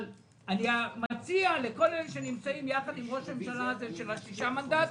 אבל אני מציע לכל אלה שנמצאים יחד עם ראש הממשלה הזה של השישה מנדטים,